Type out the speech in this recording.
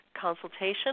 consultation